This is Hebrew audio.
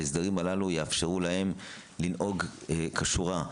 ההסדרים הללו יאפשרו להם לנהוג כשורה.